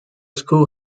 school